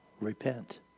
repent